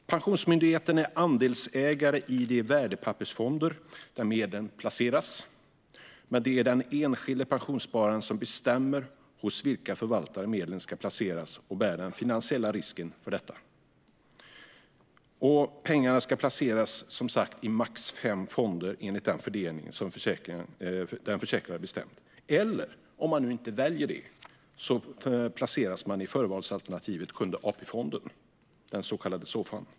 Pensionsmyndigheten är andelsägare i de värdepappersfonder där medlen placeras, men det är den enskilde pensionsspararen som bestämmer hos vilka förvaltare medlen ska placeras och bär den finansiella risken för detta. Pengarna ska som sagt placeras i max fem fonder enligt den fördelning som den försäkrade bestämt. Om man inte gör ett val placeras man i förvalsalternativet Sjunde AP-fonden, det så kallade Såfa.